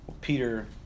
Peter